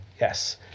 Yes